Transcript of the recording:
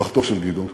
משפחתו של גדעון,